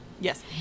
yes